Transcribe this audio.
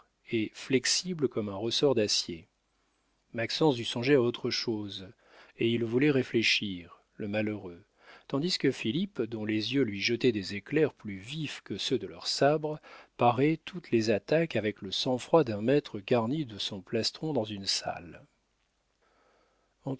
et flexible comme un ressort d'acier maxence dut songer à autre chose et il voulait réfléchir le malheureux tandis que philippe dont les yeux lui jetaient des éclairs plus vifs que ceux de leurs sabres parait toutes les attaques avec le sang-froid d'un maître garni de son plastron dans une salle